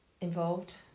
Involved